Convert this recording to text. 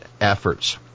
efforts